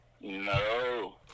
No